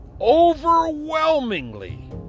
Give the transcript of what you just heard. overwhelmingly